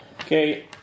Okay